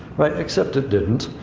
right? except it didn't,